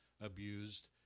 abused